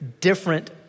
different